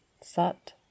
Sat